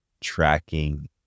tracking